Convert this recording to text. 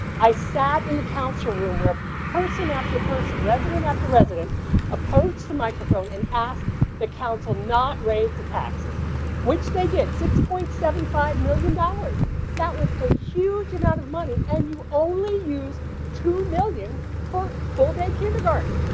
i sat in the council room where person after person resident after resident approached the microphone and asked the council not raise the taxes which they did so point seventy five million dollars that was a huge amount of money and you only use two million for full day kindergarten.